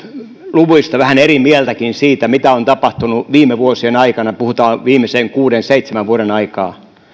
luvuista vähän eri mieltäkin siitä mitä on tapahtunut viime vuosien aikana puhutaan viimeisen kuuden seitsemän vuoden ajasta